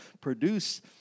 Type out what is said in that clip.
produce